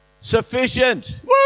Sufficient